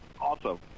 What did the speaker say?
Awesome